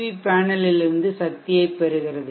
we பேனலில் இருந்து சக்தியைப் பெறுகிறது